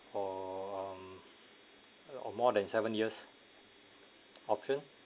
or um or more than seven years option